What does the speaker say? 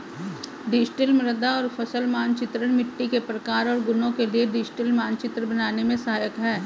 digital मृदा और फसल मानचित्रण मिट्टी के प्रकार और गुणों के लिए डिजिटल मानचित्र बनाने में सहायक है